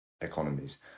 economies